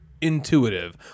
intuitive